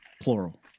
plural